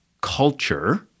culture